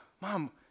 mom